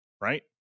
Right